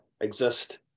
exist